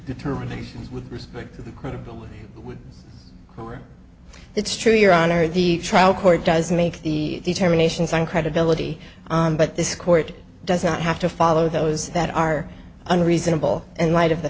determinations with respect to the credibility or it's true your honor the trial court does make the determination some credibility but this court does not have to follow those that are unreasonable in light of the